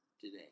Today